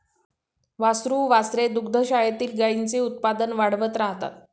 वासरू वासरे दुग्धशाळेतील गाईंचे उत्पादन वाढवत राहतात